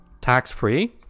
tax-free